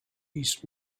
east